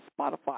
Spotify